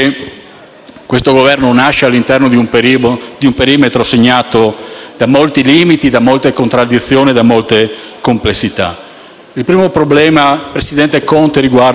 questo Governo nasce all'interno di un perimetro segnato da molti limiti, da molte contraddizioni e da molte complessità. Il primo problema, presidente Conte, riguarda,